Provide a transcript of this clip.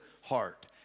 heart